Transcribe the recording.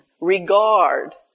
regard